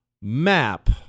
map